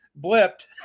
blipped